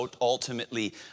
ultimately